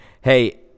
Hey